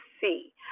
see